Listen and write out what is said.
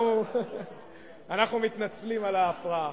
אנחנו מתנצלים על ההפרעה.